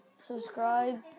Subscribe